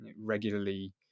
regularly